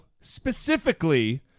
specifically